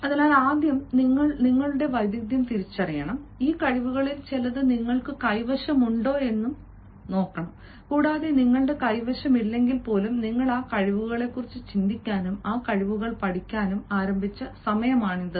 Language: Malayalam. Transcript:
അതിനാൽ ആദ്യം നിങ്ങൾ നിങ്ങളുടെ വൈദഗ്ദ്ധ്യം തിരിച്ചറിയുന്നു ഈ കഴിവുകളിൽ ചിലത് നിങ്ങളുടെ കൈവശമുണ്ടായിരിക്കാം കൂടാതെ നിങ്ങളുടെ കൈവശമില്ലെങ്കിൽപ്പോലും നിങ്ങൾ ആ കഴിവുകളെക്കുറിച്ച് ചിന്തിക്കാനും ആ കഴിവുകൾ പഠിക്കാനും ആരംഭിച്ച സമയമാണിത്